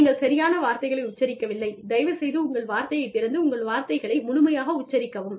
நீங்கள் சரியாக வார்த்தைகளை உச்சரிக்கவில்லை தயவுசெய்து உங்கள் வாயைத் திறந்து உங்கள் வார்த்தைகளை முழுமையாக உச்சரிக்கவும்